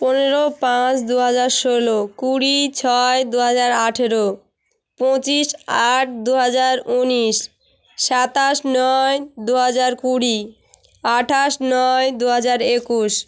পনেরো পাঁচ দু হাজার ষোলো কুড়ি ছয় দু হাজার আঠেরো পঁচিশ আট দু হাজার উনিশ সাতাশ নয় দু হাজার কুড়ি আঠাশ নয় দু হাজার একুশ